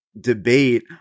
debate